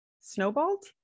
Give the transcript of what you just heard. snowballed